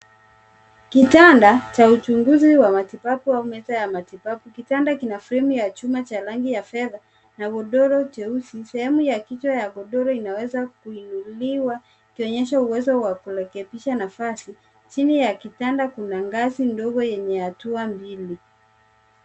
Kitanda cha uchunguzi wa matibabu au meza ya matibabu, kitanda kina fremu ya chuma cha rangi ya fedha na godoro jeusi. Sehemu ya kichwa ya godoro inaeeza kuinuliwa ikionyesha uwezo wa kurekebisha nafasi. Chini ya kitanda kuna ngazi ndogo yenye hatua mbili.